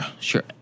Sure